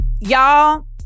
Y'all